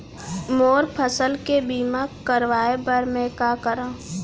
मोर फसल के बीमा करवाये बर में का करंव?